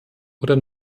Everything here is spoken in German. oder